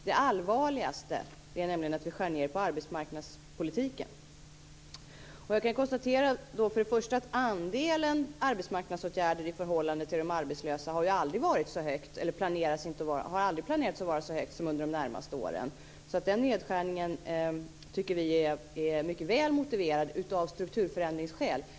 Det allvarligaste är nämligen att vi skär ned på arbetsmarknadspolitiken. För det första kan jag då konstatera att andelen arbetsmarknadsåtgärder i förhållande till de arbetslösa aldrig har varit så högt, eller har aldrig planerats att vara så högt, som under de närmaste åren. Den nedskärningen tycker vi därför är mycket väl motiverad av strukturförändringsskäl.